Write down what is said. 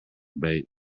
bait